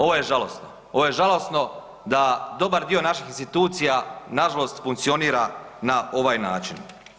Ovo je žalosno, ovo je žalosno da dobar dio naših institucija nažalost funkcionira na ovaj način.